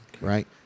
Right